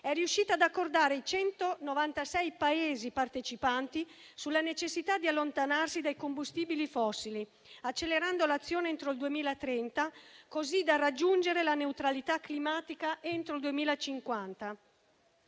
è riuscita ad accordare i 196 Paesi partecipanti sulla necessità di allontanarsi dai combustibili fossili, accelerando l'azione entro il 2030, così da raggiungere la neutralità climatica entro il 2050.